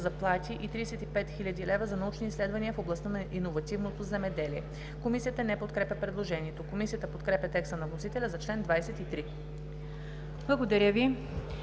заплати и 35 хил. лв. за научни изследвания в областта на иновативното земеделие.“ Комисията не подкрепя предложението. Комисията подкрепя текста на вносителя за чл. 23. ПРЕДСЕДАТЕЛ